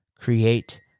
create